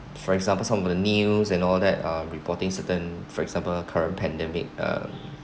for example some of the news and all that uh reporting certain for example current pandemic um